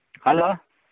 hello